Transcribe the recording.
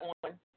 one